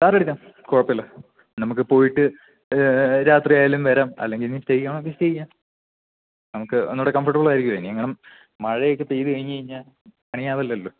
കാറെടുക്കാം കുഴപ്പം ഇല്ല നമുക്ക് പോയിട്ട് രാത്രി ആയാലും വരാം അല്ലെങ്കിൽ ഇനി സ്റ്റേ ചെയ്യണമെങ്കിൽ സ്റ്റേ ചെയ്യാം നമുക്ക് ഒന്നുകൂടെ കംഫോട്ടബ്ൾ ആയിരിക്കുമല്ലോ ഇനിയെങ്ങാനും മഴയൊക്കെ പെയ്ത് കഴിഞ്ഞുകഴിഞ്ഞാൽ പണിയാവില്ലല്ലോ